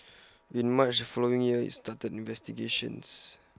in March the following year IT started investigations